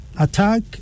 Attack